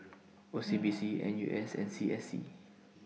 O C B C N U S and C S C